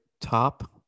top